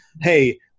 hey